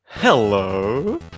Hello